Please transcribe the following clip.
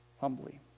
humbly